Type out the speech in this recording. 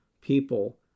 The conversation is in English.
people